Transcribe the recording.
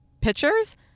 pictures